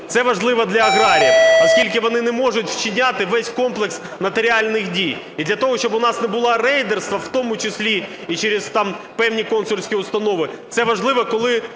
Це важливо для аграріїв, оскільки вони не можуть зчиняти весь комплекс нотаріальних дій. І для того, щоб у нас не було рейдерства, в тому числі і через там певні консульські установи, це важливо, коли